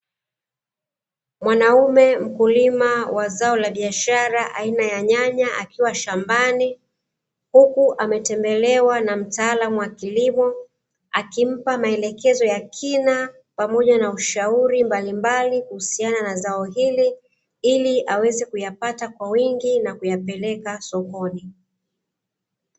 Mwanaume mkulima wa zao la biashara aina ya nyanya akiwa shambani huku ametembelewa na mtaalamu wa kilimo, akimpa maelezo ya kina pamoja na ushauri mbalimbali kuhusiana na zao hili ili aweze kuyapata nakuyapeleka sokoni.